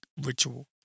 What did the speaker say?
ritual